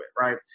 right